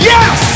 Yes